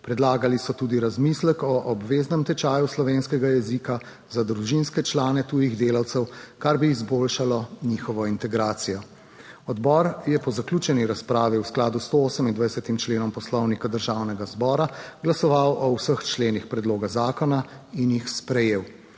Predlagali so tudi razmislek o obveznem tečaju slovenskega jezika za družinske člane tujih delavcev, kar bi izboljšalo njihovo integracijo. Odbor je po zaključeni razpravi v skladu s 128. členom Poslovnika Državnega zbora glasoval o vseh členih predloga zakona in jih sprejel.